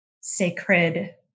sacred